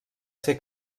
ser